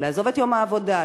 לעזוב את יום העבודה,